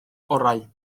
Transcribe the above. orau